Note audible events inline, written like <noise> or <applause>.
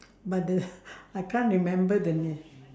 but the <laughs> I can't remember the name